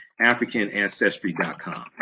AfricanAncestry.com